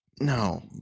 no